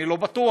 אני לא בטוח.